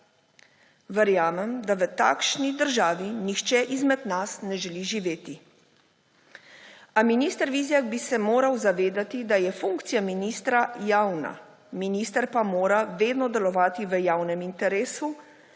Verjamem, da v takšni državi nihče izmed nas ne želi živeti. A minister Vizjak bi se moral zavedati, da je funkcija ministra javna, minister pa mora vedno delovati v javnem interesu,